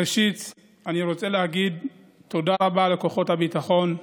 ראשית אני רוצה להגיד תודה רבה לכוחות הביטחון,